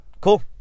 Cool